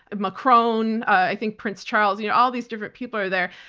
macron, i think prince charles. you know all these different people are there.